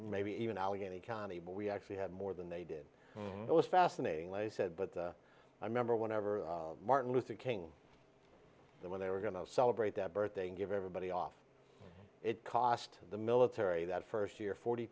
maybe even allegheny county but we actually had more than they did it was fascinating les said but i remember whenever martin luther king when they were going to celebrate that birthday and get everybody off it cost the military that first year forty